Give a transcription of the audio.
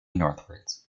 northwards